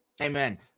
Amen